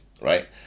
right